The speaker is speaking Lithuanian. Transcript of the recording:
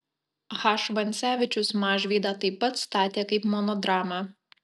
h vancevičius mažvydą taip pat statė kaip monodramą